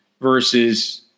versus